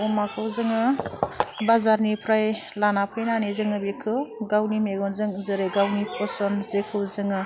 अमाखौ जोङो बाजारनिफ्राय लाना फैनानै जोङो बेखौ गावनि मेगनजों जेरै गावनि फसन जेखौ जोङो